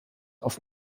auf